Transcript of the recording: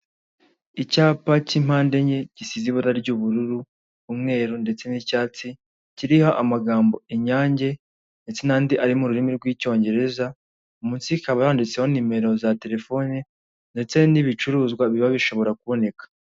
Icyapa cy'impande enye gisize ibara ry'ubururu, umweru ndetse n'icyatsi, kiriho amagambo Inyange ndetse n'andi ari mu rurimi rw'Icyongereza, munsi ikaba yanditseho nimero za telefone ndetse n'ibicuruzwa biba bishobora kuboneka.